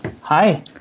Hi